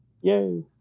yay